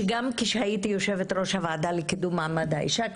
שגם כשהייתי יו"ר הוועדה לקידום מעמד האישה,